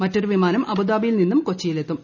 മറ്റൊരു വിമാനം അബുദാബിയിൽ നിന്നും കൊച്ചിയിലെത്തും